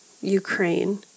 Ukraine